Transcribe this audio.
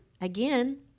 Again